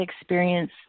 experience